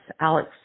Alex